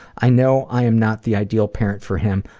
i know i am not the ideal parent for him,